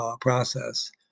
process